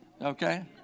Okay